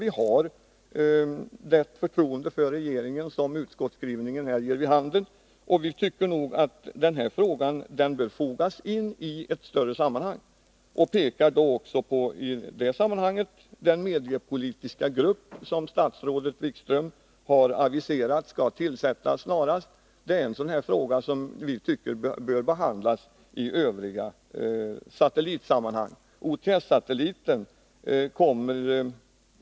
Vi har förtroende för regeringen, som utskottsskrivningen ger vid handen, och vi tycker att denna fråga bör fogas in i ett större sammanhang. Vi pekar också på den mediepolitiska grupp som statsrådet Wikström har aviserat skall tillsättas snarast. Detta är en sådan fråga som vi anser bör behandlas i de sammanhang där övriga satellitfrågor tas upp.